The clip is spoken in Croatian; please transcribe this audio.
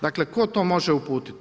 Dakle, tko to može uputiti?